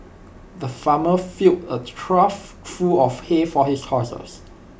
the farmer filled A trough full of hay for his horses